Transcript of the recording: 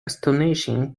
astonishing